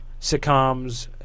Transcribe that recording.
sitcoms